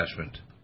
attachment